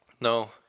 No